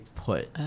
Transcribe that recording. put